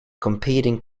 competing